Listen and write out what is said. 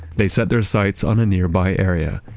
they set their sights on a nearby area,